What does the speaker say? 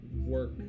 work